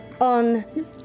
on